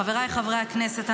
חבריי חברי הכנסת,